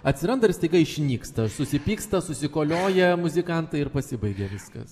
atsiranda ir staiga išnyksta susipyksta susikolioja muzikantai ir pasibaigia viskas